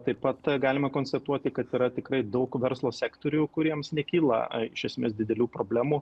taip pat galima konstatuoti kad yra tikrai daug verslo sektorių kuriems nekyla iš esmės didelių problemų